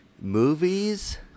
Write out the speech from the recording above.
movies